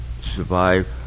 survive